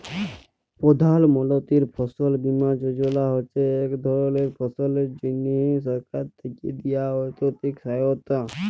প্রধাল মলতিরি ফসল বীমা যজলা হছে ইক ধরলের ফসলের জ্যনহে সরকার থ্যাকে দিয়া আথ্থিক সহায়তা